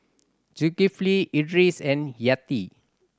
Zulkifli Idris and Yati